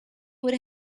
would